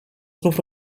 znów